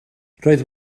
roedd